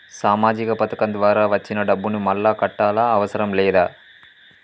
సామాజిక పథకం ద్వారా వచ్చిన డబ్బును మళ్ళా కట్టాలా అవసరం లేదా?